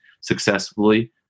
successfully